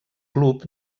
club